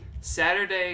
Saturday